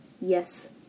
Yes